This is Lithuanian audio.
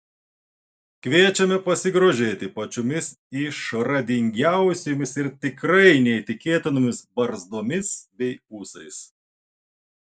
kviečiame pasigrožėti pačiomis išradingiausiomis ir tikrai neįtikėtinomis barzdomis bei ūsais